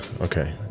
okay